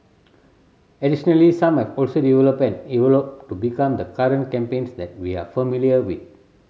additionally some have also developed and evolved to become the current campaigns that we are familiar with